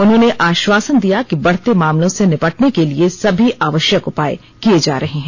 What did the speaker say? उन्होंने आश्वासन दिया कि बढ़ते मामलों से निपटने के लिए सभी आवश्यक उपाए किए जा रहे हैं